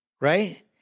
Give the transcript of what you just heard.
right